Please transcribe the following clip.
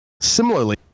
Similarly